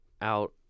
out